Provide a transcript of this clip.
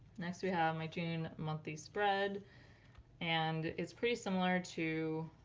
next we have my june monthly spread and it's pretty similar to